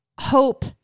Hope